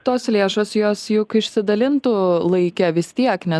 tos lėšos jos juk išsidalintų laike vis tiek nes